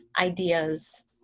ideas